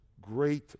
great